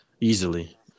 easily